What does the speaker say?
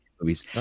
movies